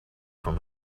from